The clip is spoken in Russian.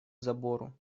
забору